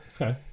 okay